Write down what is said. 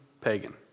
pagan